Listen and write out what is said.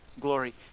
glory